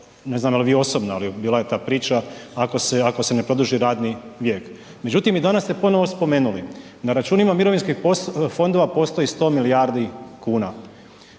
ne znam jel' vi osobno ali bila je ta priča ako se ne produži radni vijek. Međutim i danas ste ponovno spomenuli na računima mirovinskih fondova postoji 100 milijardi kuna,